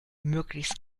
möglichst